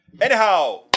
Anyhow